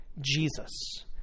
Jesus